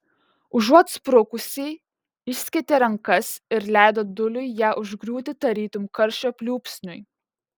užuot sprukusį išskėtė rankas ir leido dūliui ją užgriūti tarytum karščio pliūpsniui